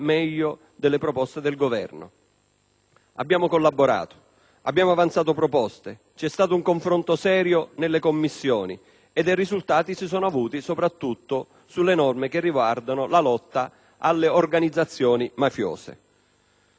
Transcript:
Abbiamo collaborato, avanzato proposte. Vi è stato un confronto serio nelle Commissioni ed i risultati si sono avuti soprattutto sulle norme riguardanti la lotta alle organizzazioni mafiose. Per noi era importante